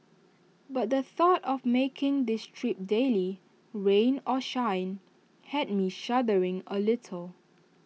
but the thought of making this trip daily rain or shine had me shuddering A little